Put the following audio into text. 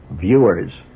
viewers